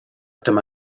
dyma